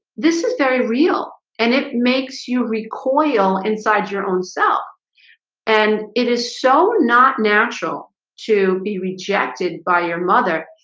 this is very real and it makes you recoil inside your own self and it is so not natural to be rejected by your mother.